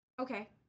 Okay